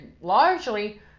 largely